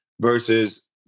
versus